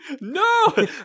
No